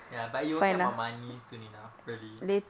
ya but you will care about money soon enough really